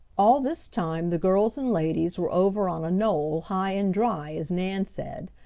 all this time the girls and ladies were over on a knoll high and dry, as nan said,